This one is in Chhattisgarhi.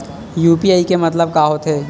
यू.पी.आई के मतलब का होथे?